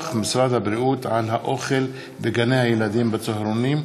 משרד הבריאות על האוכל בגני-הילדים ובצהרונים,